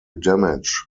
damage